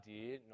idea